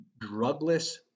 drugless